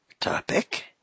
topic